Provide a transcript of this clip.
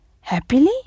happily